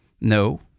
No